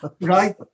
Right